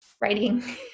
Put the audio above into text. writing